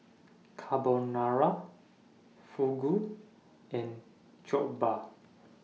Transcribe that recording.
Carbonara Fugu and Jokbal